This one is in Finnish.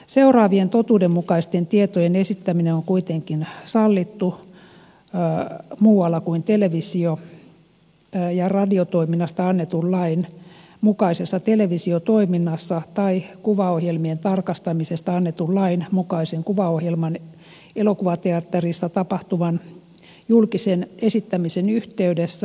seuraavien totuudenmukaisten tietojen esittäminen on kuitenkin sallittu muualla kuin televisio ja radiotoiminnasta annetun lain mukaisessa televisiotoiminnassa tai kuvaohjelmien tarkastamisesta annetun lain mukaisen kuvaohjelman elokuvateatterissa tapahtuvan julkisen esittämisen yhteydessä